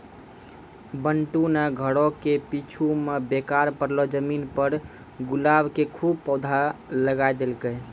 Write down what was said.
बंटू नॅ घरो के पीछूं मॅ बेकार पड़लो जमीन पर गुलाब के खूब पौधा लगाय देलकै